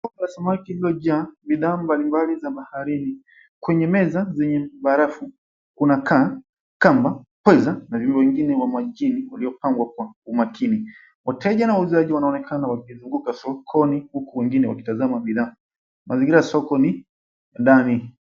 Samaki uliojaa bidhaa mbalimbali za baharini kwenye meza yenye barafu. Kuna kaa, kamba, pweza, na wengine wa nchini waliopangwa kwa umakini. Wateja na wauzaji wanaonekana wakizunguka sokoni huku wengine wakitazama bidhaa. Mazingira ya soko ni ndani.